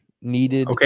Needed